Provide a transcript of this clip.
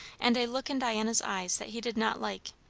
and a look in diana's eyes that he did not like.